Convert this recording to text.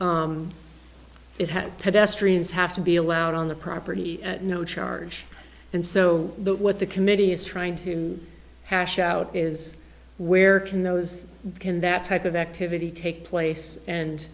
pedestrians have to be allowed on the property at no charge and so what the committee is trying to hash out is where can those can that type of activity take place and